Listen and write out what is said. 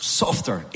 softer